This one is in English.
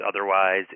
otherwise